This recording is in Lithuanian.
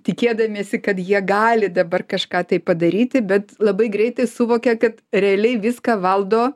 tikėdamiesi kad jie gali dabar kažką tai padaryti bet labai greitai suvokia kad realiai viską valdo